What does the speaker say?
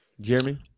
Jeremy